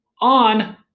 on